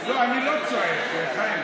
לא, אני לא צועק, חיים.